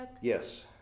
Yes